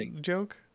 joke